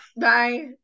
Bye